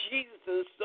Jesus